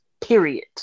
period